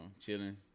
chilling